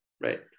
Right